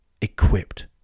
equipped